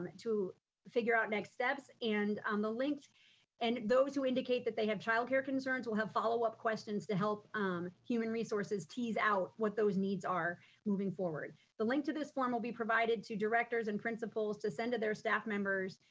to figure out next steps, and um and those who indicate that they have childcare concerns will have follow up questions to help human resources tease out what those needs are moving forward. the link to this form will be provided to directors and principals to send to their staff members,